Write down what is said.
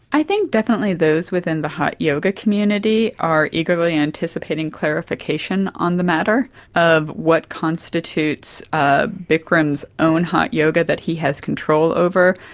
i think definitely those within the hot yoga community are eagerly anticipating clarification on the matter of what constitutes ah bikram's own hot yoga that he has control over,